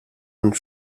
und